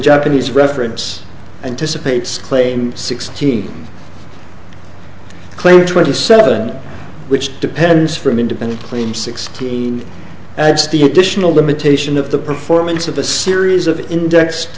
japanese reference anticipates claim sixteen claim twenty seven which depends from independent claim sixteen adds the additional limitation of the performance of a series of indexed